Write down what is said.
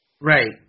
Right